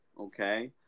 Okay